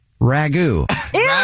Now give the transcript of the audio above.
ragu